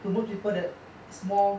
to most people there is more